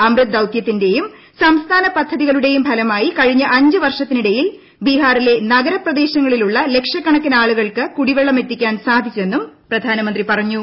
അമൃത് ദൌത്യത്തിന്റെയും സംസ്ഥാന പദ്ധതികളുടെയും ഫലമായി കഴിഞ്ഞ അഞ്ച് വർഷത്തിനിടയിൽ ബിഹാറിലെ നഗരപ്രദേശങ്ങളിലുള്ള ലക്ഷക്കണക്കിന് ആളുകൾക്ക് കുടിവെള്ളമെത്തിക്കാൻ സാധിച്ചെന്നും പ്രധാനമന്ത്രി പറഞ്ഞു